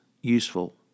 useful